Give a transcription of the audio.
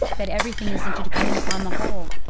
that everything is interdependent upon the whole.